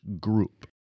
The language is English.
Group